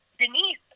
Denise